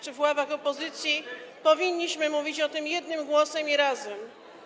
czy w ławach opozycji, powinniśmy mówić o tym jednym głosem i razem.